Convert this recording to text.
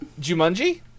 Jumanji